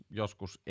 joskus